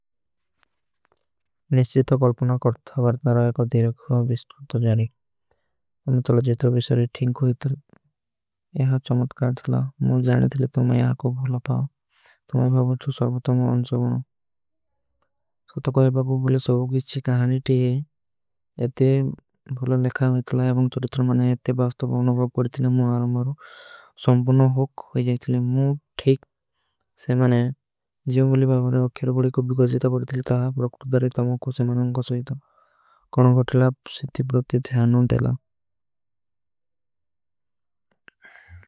ନିଶ୍ଚିତ କଲ୍ପୁନା କରତା ଥା ବାରତାରା ଏକ ଦେରଖ୍ଯାନ ଵିଷ୍ଟ କରତା ଜାନୀ। ଅମୁତଲା ଜେତର ଵିଶ୍ଵରେ ଠୀଂକ ହୋ ଇତଲା ଯହାଁ ଚମଦକାର ଥାଲା ମୁଝେ ଜାନେ। ଥେଲେ ତୋ ମୈଂ ଯହାଁ କୋ ଭୁଲା ପାଓ ତୁମ୍ହେଂ ଭାଵଚ୍ଚୁ ସର୍ଵତା ମୁଝେ ଅନ୍ଶଵନ। ସୁତକଵେ ବାପୂ ବୋଲେ ସଵଗୀଚ୍ଚୀ କହାନୀ ଥୀ ହୈ ଯହତେ। ଭୁଲା ନେଖା ହୋ ଇତଲା ଅବଂ ତୁରିତର ମନେ ଯହତେ ବାସତା ପାଉନୋଂ ପାପ କରତୀ। ଥୀ ମୁଝେ ଆରମାର ସୁମ୍ବନୋଂ ହୋକ ହୋ ଜାଈ ଥୀ ମୁଝେ ଠୀକ ସେ ମନେ ଜିଯୋଂ ବୋଲୀ। ଭାଵନେ ଉଖେର ବଡେ କୋଈ ବିଗାଜୀତା ବଡୀ ଥୀ ଥା ପ୍ରକ୍ରୁଦାରୀ ଥା ମୁଝେ କୋଈ। ସେମାନୋଂ କୋଈ ସୋହୀ ଥା। କୌନୋଂ କୋଈ ଥୀ ଲାବ ସେ ତୀ ପ୍ରକ୍ରୁଦାରୀ ଥୀ ଧିଯାନୋଂ ଥେଲା।